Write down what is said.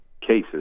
cases